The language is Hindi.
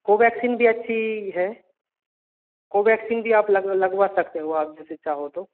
कोवेक्सीन भी अच्छी है कोवेक्सीन भी आप लग लगवा सकते हो जैसे चाहो तो